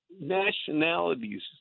nationalities